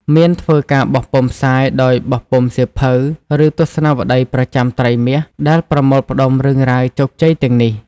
មានធ្វើការបោះពុម្ពផ្សាយដោយបោះពុម្ពសៀវភៅ ឬទស្សនាវដ្ដីប្រចាំត្រីមាសដែលប្រមូលផ្តុំរឿងរ៉ាវជោគជ័យទាំងនេះ។